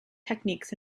techniques